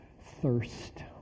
Thirst